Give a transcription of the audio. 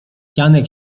janek